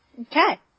Okay